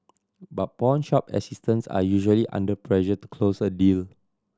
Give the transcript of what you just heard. but pawnshop assistants are usually under pressure to close a deal